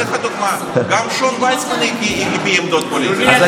אבל אני אתן לך דוגמה: גם שון וייסמן הביע עמדות פוליטיות.